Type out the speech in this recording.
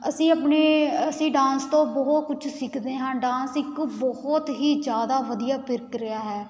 ਅਸੀਂ ਆਪਣੇ ਅਸੀਂ ਡਾਂਸ ਤੋਂ ਬਹੁਤ ਕੁਛ ਸਿੱਖਦੇ ਹਾਂ ਡਾਂਸ ਇਕ ਬਹੁਤ ਹੀ ਜ਼ਿਆਦਾ ਵਧੀਆ ਪਿਰਕ ਰਿਹਾ ਹੈ